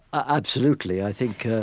absolutely, i think